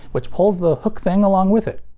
which pulls the hook thing along with it.